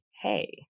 hey